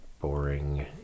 boring